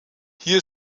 hier